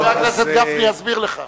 חבר הכנסת גפני יסביר לך.